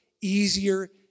easier